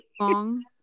long